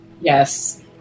yes